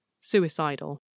suicidal